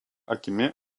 akimi